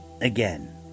Again